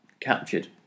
captured